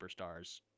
superstars